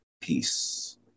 peace